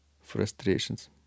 frustrations